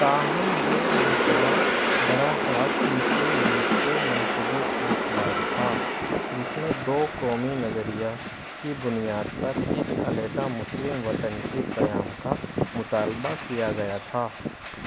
تاہم یہ منصوبہ براہِ راست مسلم لیگ کے منصوبے کے خلاف تھا جس میں دو قومی نظریہ کی بنیاد پر ایک علیحدہ مسلم وطن کے قیام کا مطالبہ کیا گیا تھا